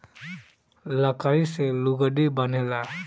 लकड़ी से लुगड़ी बनेला